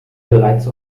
bereits